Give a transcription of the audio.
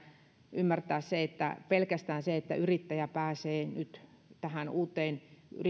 ymmärtää se että pelkästään sillä että yrittäjä pääsee nyt tähän uuteen